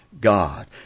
God